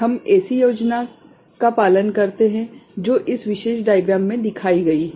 हम ऐसी योजना का पालन करते हैं जो इस विशेष डाइग्राम में दिखाई गई है